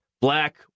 black